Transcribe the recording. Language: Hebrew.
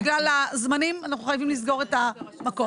בגלל הזמנים אנחנו חייבים לסגור את המקום.